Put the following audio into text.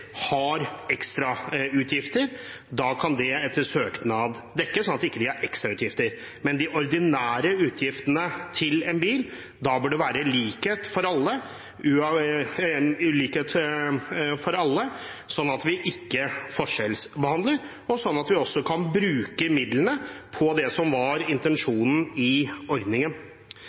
etter søknad kan få dekket dette, slik at de ikke har ekstrautgifter. Men når det gjelder de ordinære utgiftene til en bil, bør det være likhet for alle, slik at vi ikke forskjellsbehandler, og slik at vi kan bruke midlene på det som var intensjonen i ordningen.